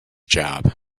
job